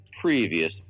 previous